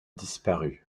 disparu